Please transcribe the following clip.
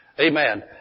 Amen